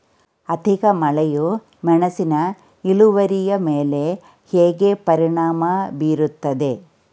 ಅಧಿಕ ಮಳೆಯು ಮೆಣಸಿನ ಇಳುವರಿಯ ಮೇಲೆ ಹೇಗೆ ಪರಿಣಾಮ ಬೀರುತ್ತದೆ?